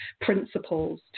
principles